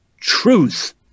truth